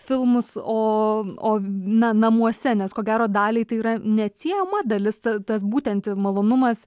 filmus o o na namuose nes ko gero daliai tai yra neatsiejama dalis ta tas būtent ir malonumas